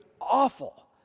awful